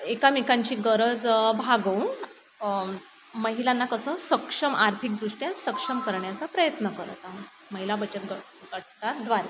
एकामेकांची गरज भागवून महिलांना कसं सक्षम आर्थिकदृष्ट्या सक्षम करण्याचा प्रयत्न करत आहोत महिला बचत गट गटाद्वारे